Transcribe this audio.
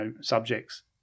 subjects